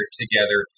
together